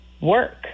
work